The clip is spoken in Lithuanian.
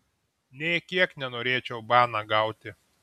nė kiek nenorėčiau baną gauti